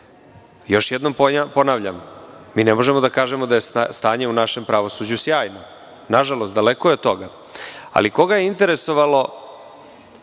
jednom ponavljam, mi ne možemo da kažemo da je stanje u našem pravosuđu sjajno, nažalost, daleko je od toga, ali koga interesovalo